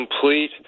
complete